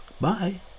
bye